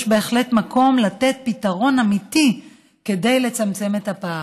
יש בהחלט מקום לתת פתרון אמיתי כדי לצמצם את הפער.